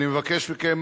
אני מבקש מכם